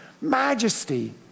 majesty